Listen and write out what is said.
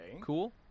Cool